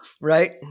Right